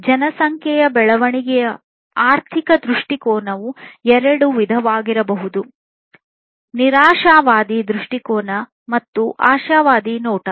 ಆದ್ದರಿಂದ ಜನಸಂಖ್ಯೆಯ ಬೆಳವಣಿಗೆಯ ಆರ್ಥಿಕ ದೃಷ್ಟಿಕೋನವು ಎರಡು ವಿಧಗಳಾಗಿರಬಹುದು ನಿರಾಶಾವಾದಿ ದೃಷ್ಟಿಕೋನ ಮತ್ತು ಆಶಾವಾದಿ ನೋಟ